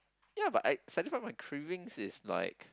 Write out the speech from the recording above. ya but I satisfy my cravings is like